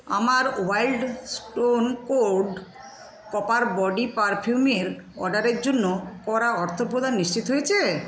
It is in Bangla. আমার Wild Stone Code Copper body পারফিউমের অর্ডারের জন্য করা অর্থপ্রদান নিশ্চিত হয়েছে